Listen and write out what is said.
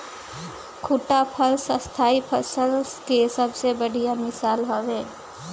खट्टा फल स्थाई फसल के सबसे बढ़िया मिसाल हवे